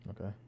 okay